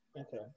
okay